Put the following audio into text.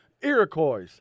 Iroquois